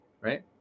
right